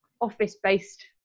office-based